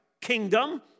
kingdom